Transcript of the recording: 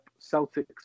Celtics